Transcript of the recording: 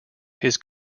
his